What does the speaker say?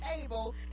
table